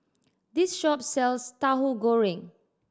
this shop sells Tauhu Goreng